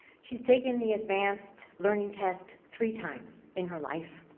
she is taking the advanced learning test three times in her life.